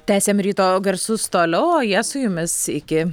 tęsiam ryto garsus toliau o jie su jumis iki